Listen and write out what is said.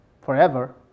forever